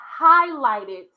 highlighted